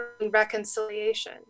reconciliation